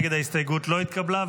ההסתייגות לא התקבלה.